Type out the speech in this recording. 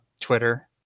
Twitter